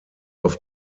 auf